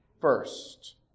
first